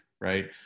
right